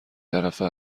طرفه